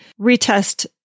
retest